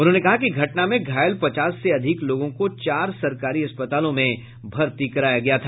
उन्होंने कहा कि घटना में घालय पचास से अधिक लोगों को चार सरकारी अस्पतालों में भर्ती कराया गया था